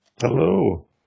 Hello